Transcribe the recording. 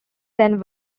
then